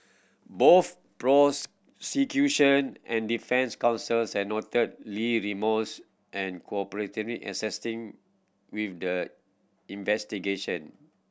both and defence counsels had noted Lee remorse and cooperativeness in assisting with the investigation